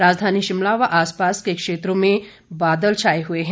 राजधानी शिमला व आसपास के क्षेत्रों में बादल छाए हुए हैं